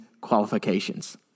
qualifications